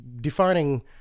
defining